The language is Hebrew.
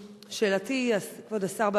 שאלתי היא: כבוד השר,